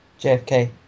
JFK